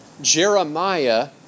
Jeremiah